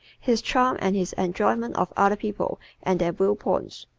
his charm and his enjoyment of other people and their view-points.